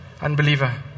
unbeliever